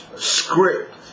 script